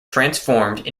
transformed